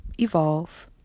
evolve